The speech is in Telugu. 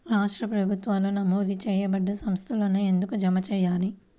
రాష్ట్ర ప్రభుత్వాలు నమోదు చేయబడ్డ సంస్థలలోనే ఎందుకు జమ చెయ్యాలి?